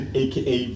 aka